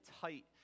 tight